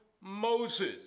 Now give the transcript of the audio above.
Moses